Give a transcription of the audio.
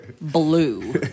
blue